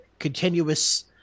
continuous